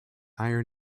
iron